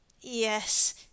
Yes